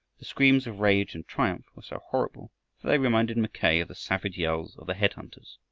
the screams of rage and triumph were so horrible that they reminded mackay of the savage yells of the head-hunters.